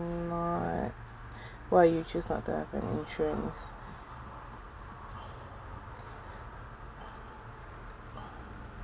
not why you choose not to have an insurance